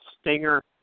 stinger